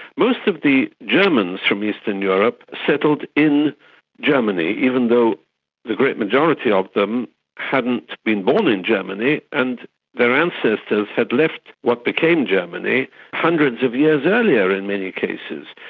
most of the germans from eastern europe settled in germany, even though the great majority of them hadn't been born in germany and their ancestors had left what became germany hundreds of years earlier in many cases.